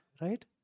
right